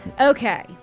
Okay